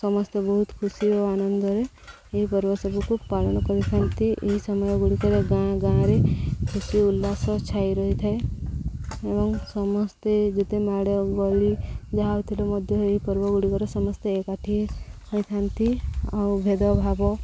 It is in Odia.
ସମସ୍ତେ ବହୁତ ଖୁସି ଓ ଆନନ୍ଦରେ ଏହି ପର୍ବ ସବୁକୁ ପାଳନ କରିଥାନ୍ତି ଏହି ସମୟ ଗୁଡ଼ିକରେ ଗାଁ ଗାଁରେ ଖୁସି ଉଲ୍ଲାସ ଛାଇ ରହିଥାଏ ଏବଂ ସମସ୍ତେ ଯେତେ ମାଡ଼ଗୋଳି ଯାହା ହଉଥିଲେ ମଧ୍ୟ ଏହି ପର୍ବ ଗୁଡ଼ିକରେ ସମସ୍ତେ ଏକାଠି ହୋଇଥାନ୍ତି ଆଉ ଭେଦଭାବ